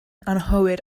anghywir